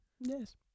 Yes